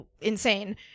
insane